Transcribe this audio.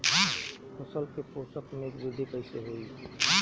फसल के पोषक में वृद्धि कइसे होई?